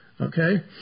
Okay